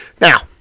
Now